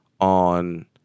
on